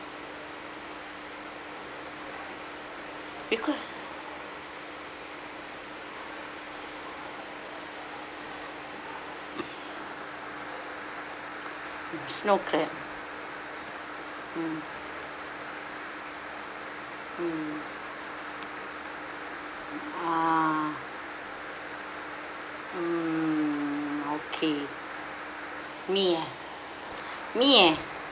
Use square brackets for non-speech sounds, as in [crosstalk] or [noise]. because [noise] mm snow crab mm mm uh mm okay me eh me eh